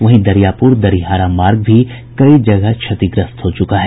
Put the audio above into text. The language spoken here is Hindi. वहीं दरियापुर दरिहारा मार्ग भी कई जगह क्षतिग्रस्त हो चुका है